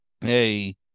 Hey